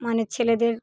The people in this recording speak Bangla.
মানে ছেলেদের